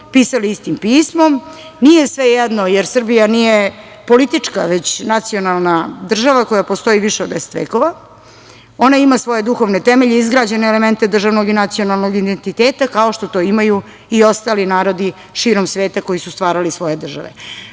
pisali istim pismom. Nije svejedno jer Srbija nije politička, već nacionalna država koja postoji više od 10 vekova. Ona ima svoje duhovne temelje, izgrađene elemente državnog i nacionalnog identiteta, kao što to imaju i ostali narodi širom sveta koji su stvarali svoje države. Na